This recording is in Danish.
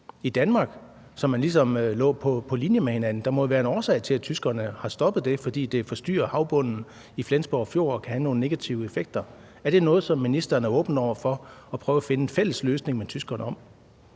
i Danmark, så man ligesom lå på linje med hinanden. Der må jo være en årsag til, at tyskerne har stoppet det – fordi det forstyrrer havbunden i Flensborg Fjord og kan have nogle negative effekter. Er det noget, som ministeren er åben over for at prøve at finde en fælles løsning med tyskerne på?